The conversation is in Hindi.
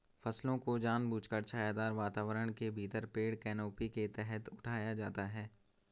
फसलों को जानबूझकर छायादार वातावरण के भीतर पेड़ कैनोपी के तहत उठाया जाता है